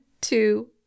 two